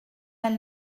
elle